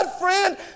friend